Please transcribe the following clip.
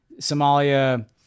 Somalia